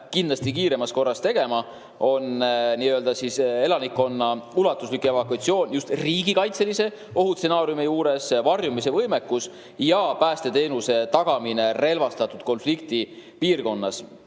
kindlasti kiiremas korras tegema, on elanikkonna ulatuslik evakuatsioon just riigikaitselise ohustsenaariumi puhul, varjumise võimekus ja päästeteenuse tagamine relvastatud konflikti piirkonnas.